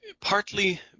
Partly